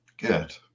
Good